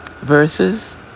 verses